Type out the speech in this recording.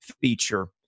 feature